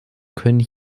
können